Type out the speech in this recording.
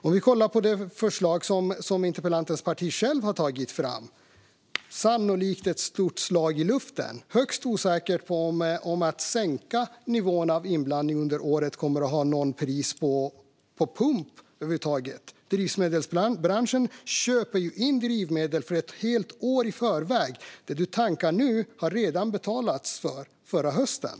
Om vi kollar på det förslag som interpellantens parti har tagit fram ser vi att det sannolikt är ett stort slag i luften. Det är högst osäkert om det kommer att ha någon inverkan på priset i pump över huvud taget om man sänker nivåerna av inblandning under året. Drivmedelsbranschen köper in drivmedel för ett helt år i förväg. Det du tankar nu har man redan betalat för förra hösten.